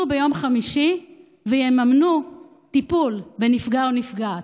ביום חמישי ויממנו טיפול בנפגע או נפגעת.